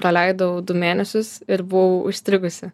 praleidau du mėnesius ir buvau užstrigusi